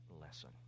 lesson